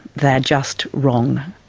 they're just wrong.